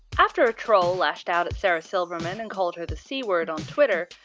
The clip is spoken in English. after a troll lashed out at sarah silverman and called her the c-word on twitter,